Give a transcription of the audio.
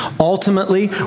Ultimately